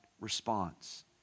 response